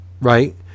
right